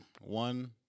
One